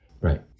Right